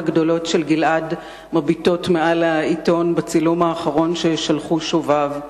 הגדולות של גלעד מביטות מעל העיתון בצילום האחרון ששלחו שוביו,